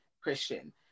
Christian